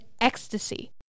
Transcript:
ecstasy